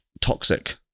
toxic